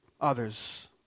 others